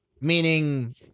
Meaning